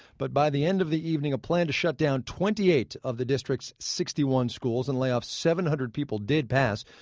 but by the end of the evening a plan to shut down twenty eight of the district's sixty one schools and lay off seven hundred people did pass.